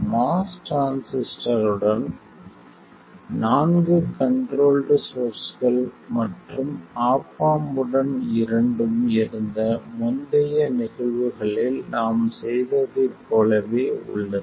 MOS டிரான்சிஸ்டருடன் நான்கு controlled சோர்ஸ்கள் மற்றும் ஆப் ஆம்ப் உடன் இரண்டும் இருந்த முந்தைய நிகழ்வுகளில் நாம் செய்ததைப் போலவே உள்ளது